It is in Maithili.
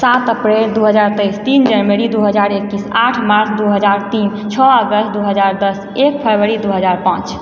सात अप्रैल दू हजार तेइस तीन जानवरी दू हजार एकैस आठ मार्च दू हजार तीन छओ अगस्त दू हजार दश एक फरवरी दू हजार पाँच